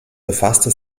befasste